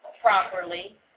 properly